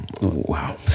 Wow